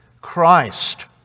Christ